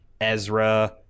Ezra